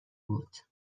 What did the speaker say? بود